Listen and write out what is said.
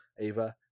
Ava